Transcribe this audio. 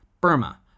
Burma